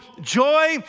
joy